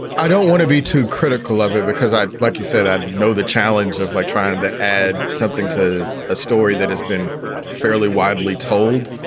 i don't want to be too critical of it because i, like you said, i'd know the challenge of like trying to add something to a story that has been fairly widely told.